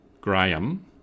Graham